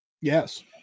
Yes